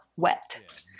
Wet